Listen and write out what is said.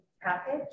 package